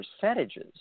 percentages